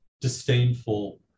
disdainful